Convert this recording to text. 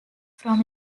from